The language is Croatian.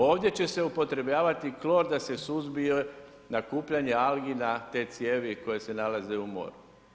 Ovdje će se upotrebljavati klor da se suzbije nakupljanje algi na te cijevi koje se nalaze u moru.